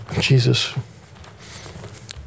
Jesus